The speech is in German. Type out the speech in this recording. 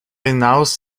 hinaus